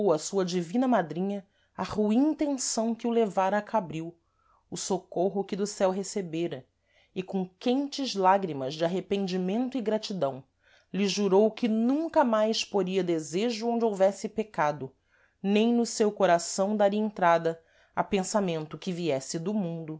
à sua divina madrinha a ruim tenção que o levara a cabril o socorro que do céu recebera e com quentes lágrimas de arrependimento e gratidão lhe jurou que nunca mais poria desejo onde houvesse pecado nem no seu coração daria entrada a pensamento que viesse do mundo